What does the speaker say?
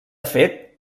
fet